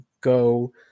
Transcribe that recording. Go